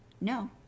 No